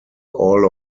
all